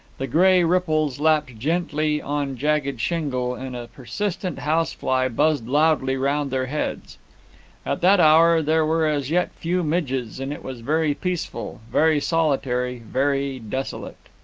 the grey ripples lapped gently on jagged shingle, and a persistent housefly buzzed loudly round their heads at that hour there were as yet few midges, and it was very peaceful, very solitary, very desolate.